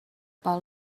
pel